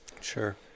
sure